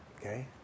okay